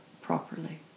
properly